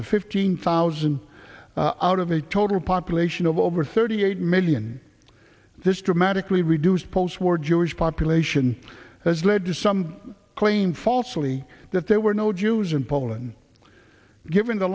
to fifteen thousand out of a total population of over thirty eight million this dramatically reduced postwar jewish population has led to some claim falsely that there were no jews in poland given the